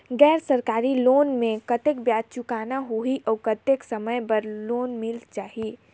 गैर सरकारी लोन मे कतेक ब्याज चुकाना होही और कतेक समय बर लोन मिल जाहि?